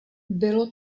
bylo